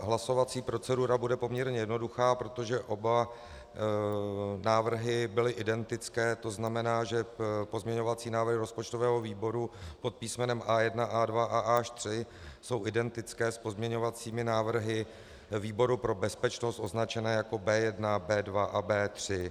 Hlasovací procedura bude poměrně jednoduchá, protože oba návrhy byly identické, to znamená, že pozměňovací návrhy rozpočtového výboru pod písmenem A1, A2 a A3 jsou identické s pozměňovacími návrhy výboru pro bezpečnost označenými jako B1, B2 a B3.